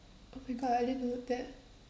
oh my god I didn't know that